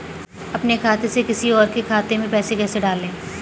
अपने खाते से किसी और के खाते में पैसे कैसे डालें?